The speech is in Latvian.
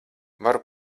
varu